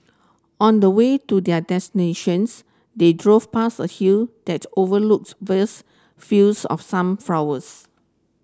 on the way to their destinations they drove past a hill that overlooks vast fields of sunflowers